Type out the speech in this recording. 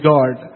God